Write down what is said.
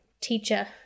teacher